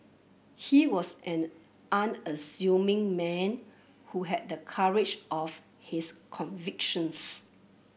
he was an unassuming man who had the courage of his convictions